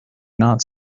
not